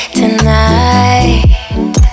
tonight